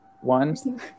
one